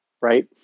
right